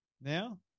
now